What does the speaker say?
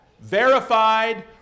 verified